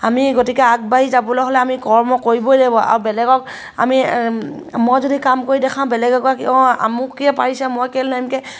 আমি গতিকে আগবাঢ়ি যাবলৈ হ'লে আমি কৰ্ম কৰিবই ল'ব আৰু বেলেগক আমি মই যদি কাম কৰি দেখাওঁ বেলেগক অঁ আমুকীয়ে পাৰিছে মই কেলৈ নোৱাৰিম